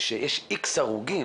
רק כשיש איקס הרוגים